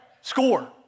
score